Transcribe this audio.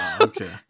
okay